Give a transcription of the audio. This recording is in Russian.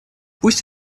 пусть